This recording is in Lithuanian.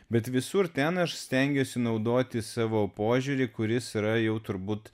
bet visur ten aš stengiuosi naudoti savo požiūrį kuris yra jau turbūt